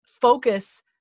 focus